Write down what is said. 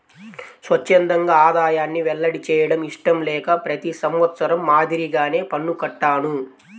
స్వఛ్చందంగా ఆదాయాన్ని వెల్లడి చేయడం ఇష్టం లేక ప్రతి సంవత్సరం మాదిరిగానే పన్ను కట్టాను